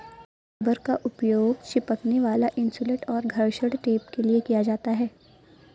rubber का उपयोग चिपकने वाला इन्सुलेट और घर्षण टेप के लिए किया जाता है